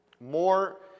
more